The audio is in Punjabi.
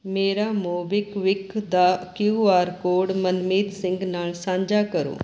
ਮੇਰਾ ਮੋਬੀਕਵਿਕ ਦਾ Q R code Manmeet Singh ਨਾਲ ਸਾਂਝਾ ਕਰੋ